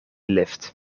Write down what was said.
lift